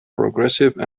progressive